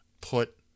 put